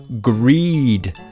greed